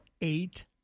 eight